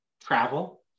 travel